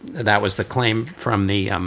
that was the claim from the